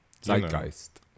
zeitgeist